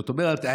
זאת אומרת,